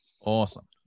Awesome